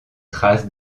traces